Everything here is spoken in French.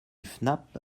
fnap